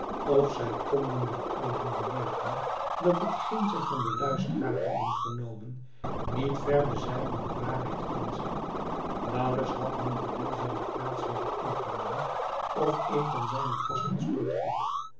of zij konden wel aan hem bemerken dat hetgeen zij van den luisteraar hadden vernomen niet ver bezijden de waarheid kon zijn naauwelijks had noureddin zijne plaats weder ingenomen of een van zijne gasten stond op